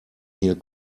hier